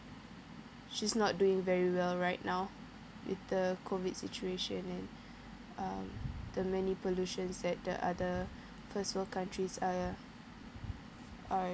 she's not doing very well right now with the COVID situation and um the many pollutions that the other first world countries uh are